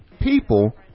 people